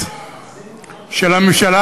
זה בסדר.